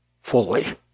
fully